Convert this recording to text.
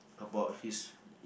about his